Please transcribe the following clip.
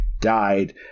died